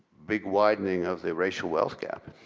big, widening of the racial wealth gap.